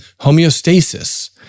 homeostasis